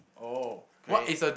oh great